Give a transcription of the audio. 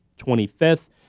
25th